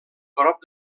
prop